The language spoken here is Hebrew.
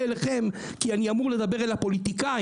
אליכם כי אני אמור לדבר אל הפוליטיקאים.